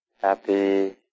happy